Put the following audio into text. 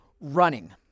running